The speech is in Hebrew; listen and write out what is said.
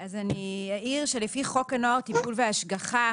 אז אני אעיר שלפי חוק הנוער (טיפול והשגחה)